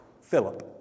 Philip